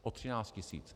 O 13 tisíc.